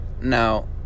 Now